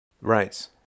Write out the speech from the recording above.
Right